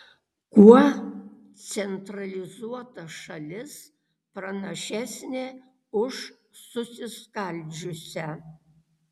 kuo centralizuota šalis pranašesnė už susiskaldžiusią